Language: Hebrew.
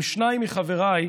עם שניים מחבריי,